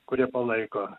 kurie palaiko